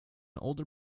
older